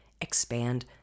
expand